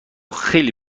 خیلی